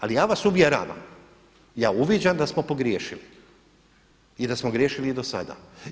Ali ja vas uvjeravam, ja uviđam da smo pogriješili i da smo griješili i do sada.